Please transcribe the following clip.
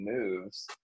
moves